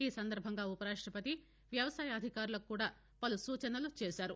ఈ సందర్బంగా ఉపరాష్టపతి వ్యవసాయ అధికారులకు కూడా పలు సూచనలు చేశారు